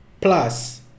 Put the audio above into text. plus